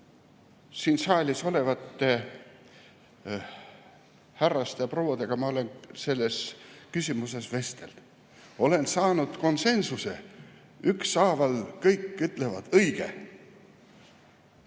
siin saalis olevate härraste ja prouadega ma olen selles küsimuses vesteldes saanud konsensuse ükshaaval. Kõik ütlevad, et